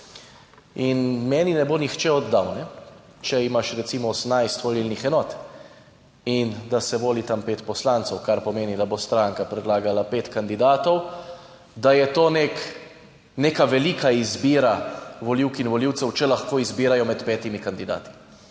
In meni ne bo nihče oddal, če imaš recimo 18 volilnih enot, in da se voli tam pet poslancev, kar pomeni, da bo stranka predlagala pet kandidatov, da je to neka, neka velika izbira volivk in volivcev, če lahko izbirajo med petimi kandidati.